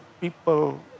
people